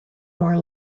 more